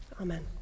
Amen